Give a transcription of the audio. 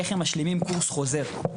איך הם משלימים קורס חוזר.